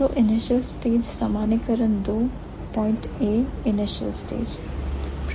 तो initial stage generalization या सामान्यीकरण 2 पॉइंट A initial stage